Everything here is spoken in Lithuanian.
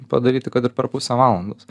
padaryti kad ir per pusę valandos